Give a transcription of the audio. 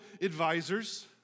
advisors